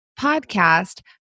Podcast